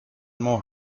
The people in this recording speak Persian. مهر